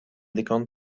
ddigon